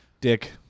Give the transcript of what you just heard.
Dick